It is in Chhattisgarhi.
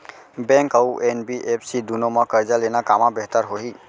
बैंक अऊ एन.बी.एफ.सी दूनो मा करजा लेना कामा बेहतर होही?